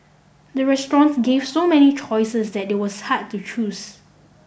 the restaurant gave so many choices that it was hard to choose